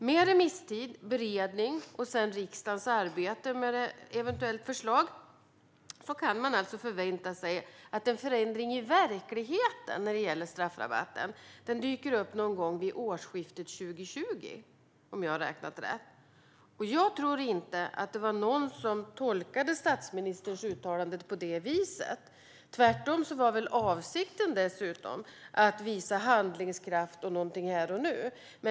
Med remisstid, beredning och riksdagens arbete med ett eventuellt förslag kan man alltså förvänta sig att en förändring i verkligheten när det gäller straffrabatten dyker upp någon gång vid årsskiftet 2020, om jag har räknat rätt. Jag tror inte att det var någon som tolkade statsministerns uttalande på det viset. Tvärtom var väl avsikten att visa handlingskraft och något här och nu.